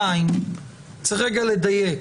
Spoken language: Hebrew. צריך רגע למעט,